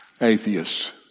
Atheists